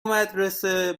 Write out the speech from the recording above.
مدرسه